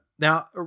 Now